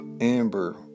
amber